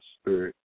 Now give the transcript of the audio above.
spirit